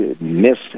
miss